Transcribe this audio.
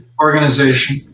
organization